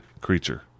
creature